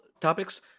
topics